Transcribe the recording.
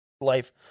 Life